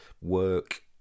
work